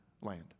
land